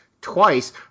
twice